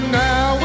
now